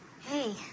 Hey